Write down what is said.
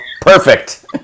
Perfect